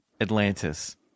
Atlantis